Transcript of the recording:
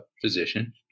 physician